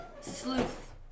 Sleuth